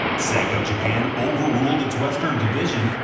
sega of japan over-ruled its western division,